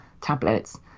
tablets